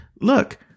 look